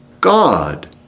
God